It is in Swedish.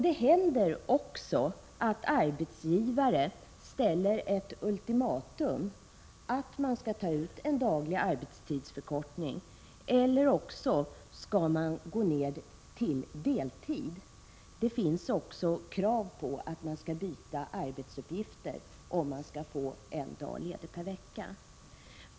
Det händer också att arbetsgivare ställer ett ultimatum att man skall ta ut en daglig arbetstidsförkortning eller gå ned till deltid. Det förekommer också krav på att man skall byta arbetsuppgifter om man skall få en dag ledig per vecka.